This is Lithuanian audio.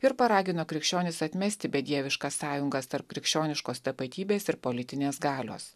ir paragino krikščionis atmesti bedieviškas sąjungas tarp krikščioniškos tapatybės ir politinės galios